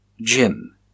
Jim